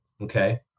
Okay